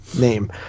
name